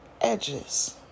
edges